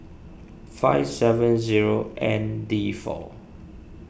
five seven zero N D four